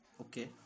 Okay